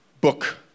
book